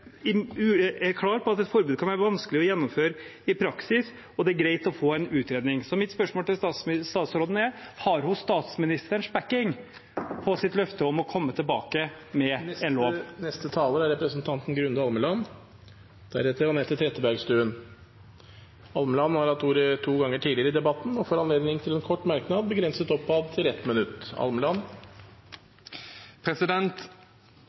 Hun var også klar på at et forbud kan være vanskelig å gjennomføre i praksis, og at det er greit å få en utredning Mitt spørsmål til statsråden er: Har hun statsministerens bakking på sitt løfte om å komme tilbake med en lov? Representanten Grunde Almeland har hatt ordet to ganger tidligere og får ordet til en kort merknad, begrenset til 1 minutt.